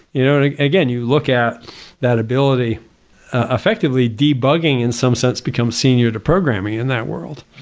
you know like again, you look at that ability effectively debugging in some sense becomes senior to programming in that world.